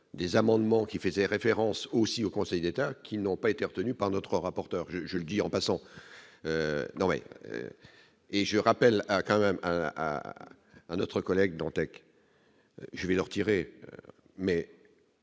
des amendements qui faisait référence aussi au Conseil d'État qui n'ont pas été retenu par notre rapporteur je, je le dis en passant, et je rappelle quand même à à à notre collègue Dantec, je vais leur retirer mais.